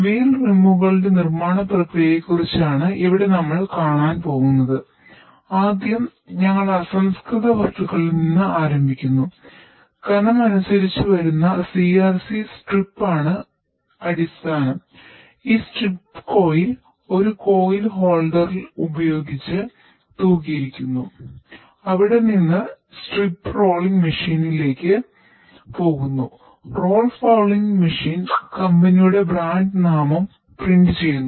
wheel റിമ്മുകളുടെ ചെയ്യുന്നു